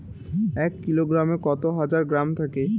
এক কিলোগ্রামে এক হাজার গ্রাম থাকে